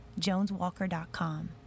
JonesWalker.com